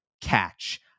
catch